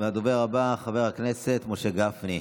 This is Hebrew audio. הדובר הבא, חבר הכנסת משה גפני,